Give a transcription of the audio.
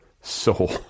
soul